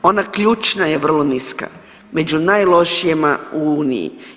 Ona ključna je vrlo niska, među najlošijima u uniji.